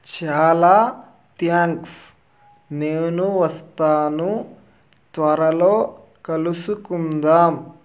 చాలా థ్యాంక్స్ నేను వస్తాను త్వరలో కలుసుకుందాం